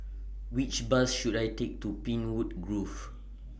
Which Bus should I Take to Pinewood Grove